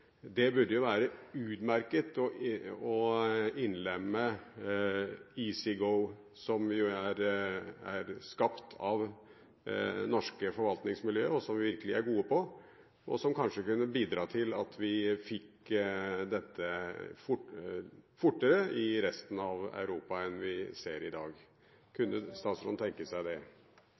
igjennom, burde det jo være utmerket å innlemme EasyGo – som er skapt av norske forvaltningsmiljøer – som vi virkelig er gode på, og som kanskje kunne bidra til at vi fikk det fortere i resten av Europa enn det vi ser i dag. Kunne statsråden tenke seg det?